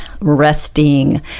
resting